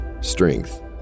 strength